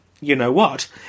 you-know-what